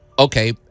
Okay